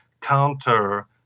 counter